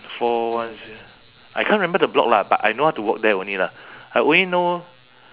four one zero I can't remember the block lah but I know how to walk there only lah I only know